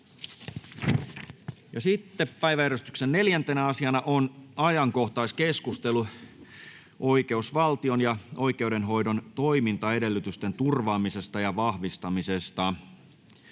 Content: Päiväjärjestyksen 4. asiana on ajankohtaiskeskustelu oikeusvaltion ja oikeudenhoidon toimintaedellytysten turvaamisesta ja vahvistamisesta.